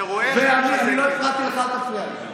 אתה רואה, אני לא הפרעתי לך, אל תפריע לי.